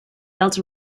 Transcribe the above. felt